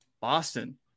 Boston